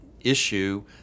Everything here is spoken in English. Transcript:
issue